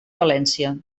valència